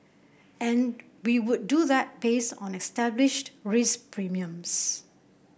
and we would do that based on established risk premiums